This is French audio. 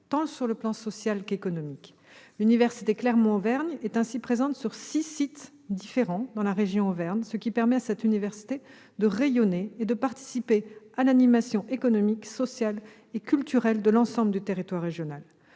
sur les plans tant social qu'économique. L'université Clermont-Auvergne est ainsi présente sur six sites différents dans la région Auvergne, ce qui permet à cette université de rayonner et de participer à l'animation économique, sociale et culturelle de l'ensemble du territoire régional.